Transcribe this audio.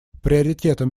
приоритетом